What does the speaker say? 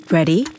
Ready